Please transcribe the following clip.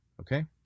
Okay